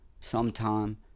sometime